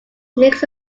makes